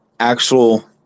actual